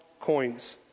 coins